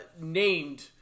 named